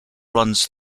runs